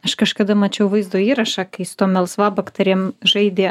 aš kažkada mačiau vaizdo įrašą kai su tom melsvabakterėm žaidė